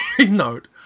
note